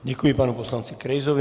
Děkuji panu poslanci Krejzovi.